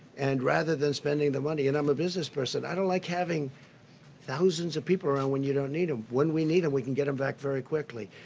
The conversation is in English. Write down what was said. and rather than spending the money and i'm a business person i don't like having thousands of people around when you don't need them. when we need them, we can get them back very quickly.